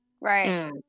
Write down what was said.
Right